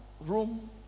room